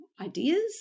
ideas